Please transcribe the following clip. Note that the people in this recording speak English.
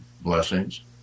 blessings